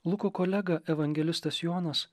luko kolega evangelistas jonas